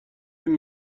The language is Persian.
این